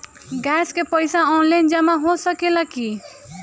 Gas के पइसा online जमा हो सकेला की?